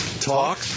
talk